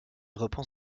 reprend